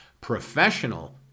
Professional